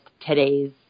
today's